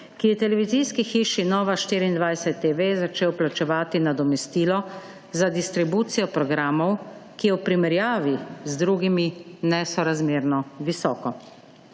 ki je televizijski hiši Nova24TV začel plačevati nadomestilo za distribucijo programov, ki je v primerjavi z drugimi nesorazmerno visoko.